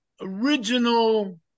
original